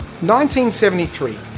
1973